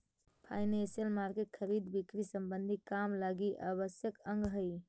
financial market खरीद बिक्री संबंधी काम लगी आवश्यक अंग हई